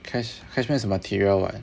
cash~ cashmere is a material [what]